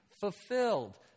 fulfilled